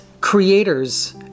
creators